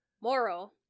Moro